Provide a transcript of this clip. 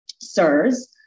SIRS